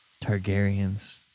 Targaryens